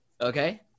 Okay